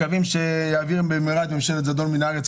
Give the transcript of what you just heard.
מקווים שיעביר במהרה את ממשלת הזדון מן הארץ.